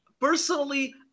Personally